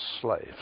slaves